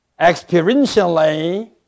experientially